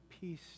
peace